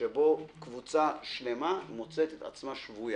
שבו קבוצה שלמה מוצאת עצמה שבויה.